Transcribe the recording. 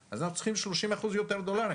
אז אנחנו צריכים 30% יותר דולרים